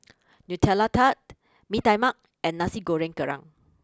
Nutella Tart Mee Tai Mak and Nasi Goreng Kerang